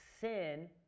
sin